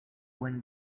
when